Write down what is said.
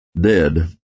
dead